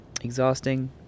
exhausting